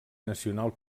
nacional